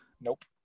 Nope